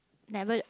never